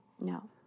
No